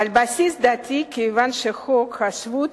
על הבסיס הדתי, כיוון שחוק השבות